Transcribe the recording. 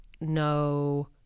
no